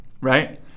right